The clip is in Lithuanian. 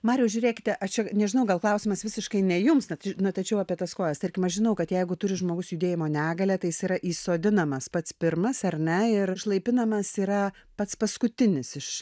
mariau žiūrėkite aš nežinau gal klausimas visiškai ne jums tad na tačiau apie tas kojas tarkim aš žinau kad jeigu turi žmogus judėjimo negalią tai jis yra įsodinamas pats pirmas ar ne ir išlaipinamas yra pats paskutinis iš